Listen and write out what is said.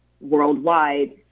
worldwide